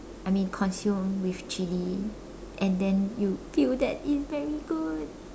I mean consume with chili and then you feel that it's very good